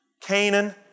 Canaan